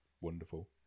wonderful